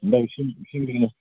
എന്താണ് വിഷയം വിഷയമെന്തെങ്കിലും